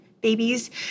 Babies